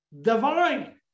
divine